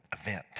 event